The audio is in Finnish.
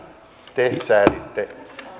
te sääditte